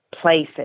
places